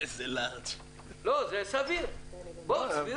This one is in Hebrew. זה סבירות.